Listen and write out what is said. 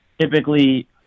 typically